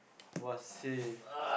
!wah! seh